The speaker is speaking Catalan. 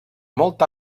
molt